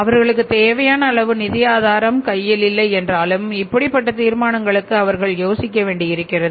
அவர்களுக்கு தேவையான அளவு நிதி ஆதாரம் கையில் இல்லை என்றாலும் இப்படிப்பட்ட தீர்மானங்களுக்கு அவர்கள் யோசிக்க வேண்டியிருக்கிறது